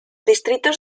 distritos